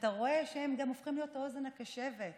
שאתה רואה שהם גם הופכים להיות האוזן הקשבת,